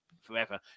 forever